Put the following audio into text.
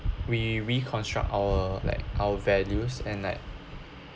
we reconstruct our like our values and like